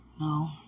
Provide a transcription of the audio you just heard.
No